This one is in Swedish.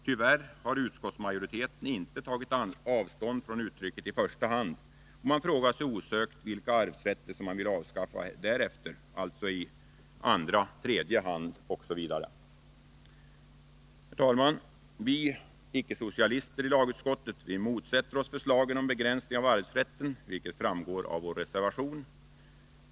Tyvärr har utskottsmajoriteten inte tagit avstånd från uttrycket ”i första hand”. Man frågar sig osökt vilka arvsrätter socialdemokraterna vill avskaffa därefter — alltså i andra och tredje hand osv. Herr talman! Vi icke-socialister i lagutskottet motsätter oss förslagen om begränsning av arvsrätten, vilket framgår av vår reservation.